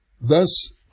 Thus